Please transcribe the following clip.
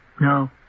No